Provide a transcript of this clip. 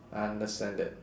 I understand that